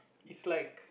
is like